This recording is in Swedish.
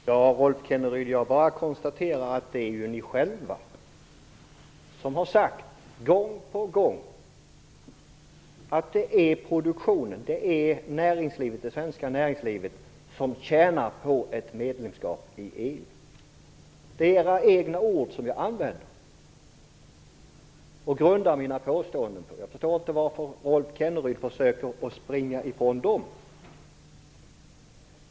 Herr talman! Jag bara konstaterar att ni själva gång på gång har sagt att det är produktionen och det svenska näringslivet som tjänar på ett medlemskap i EU, Rolf Kenneryd. Det är era egna ord jag använder och grundar mina påståenden på. Jag förstår inte varför Rolf Kenneryd försöker springa ifrån dem.